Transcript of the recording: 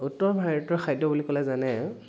উত্তৰ ভাৰতীয় খাদ্য বুলি ক'লে যেনে